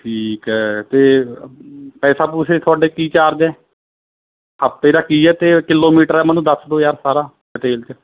ਠੀਕ ਹੈ ਅਤੇ ਪੈਸਾ ਪੁਸੇ ਤੁਹਾਡੇ ਕੀ ਚਾਰਜ ਹੈ ਹਫਤੇ ਦਾ ਕੀ ਹੈ ਅਤੇ ਕਿਲੋਮੀਟਰ ਹੈ ਮੈਨੂੰ ਦੱਸ ਦਉ ਯਾਰ ਸਾਰਾ ਡਿਟੇਲ 'ਚ